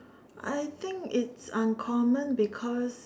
I think it's uncommon because